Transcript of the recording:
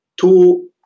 two